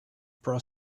pro